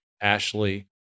Ashley